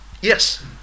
yes